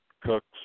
Cooks